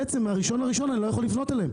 ומה-1 בינואר אני לא יכול לפנות אליהם.